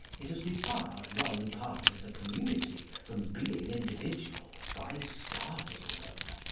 it has debarred one part of the community from being individual by starving them.